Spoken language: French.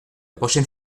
prochaine